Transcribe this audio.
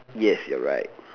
yes you're right